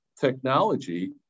technology